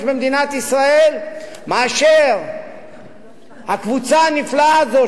במדינת ישראל מאשר הקבוצה הנפלאה הזאת,